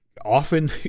often